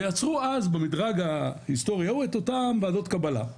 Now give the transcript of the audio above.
ויצרו אז במדרג ההיסטורי ההוא את אותן ועדות קבלה.